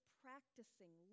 practicing